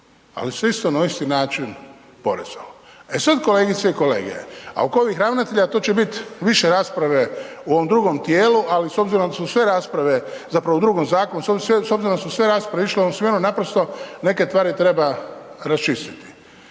Ali svi su na isti način …/Govornik se ne razumije./… e sada kolegice i kolege oko ovih ravnatelja to će biti više rasprave u ovom drugom tijelu, ali s obzirom da su sve rasprave, zapravo u drugom zakonu, s obzirom da su sve rasprave išle u ovom smjeru, naprosto neke tvari treba raščistiti.